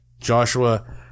Joshua